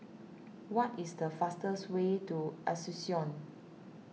what is the fastest way to Asuncion